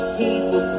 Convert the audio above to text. people